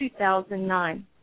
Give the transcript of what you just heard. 2009